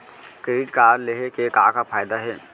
Credit card लेहे के का का फायदा हे?